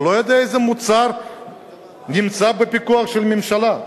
הוא לא יודע איזה מוצר נמצא בפיקוח של הממשלה.